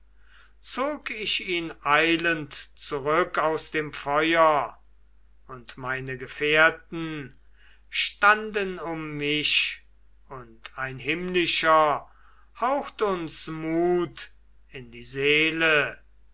zog ich ihn eilend zurück aus dem feuer und meine gefährten standen um mich und ein himmlischer haucht uns mut in die seele